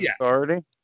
authority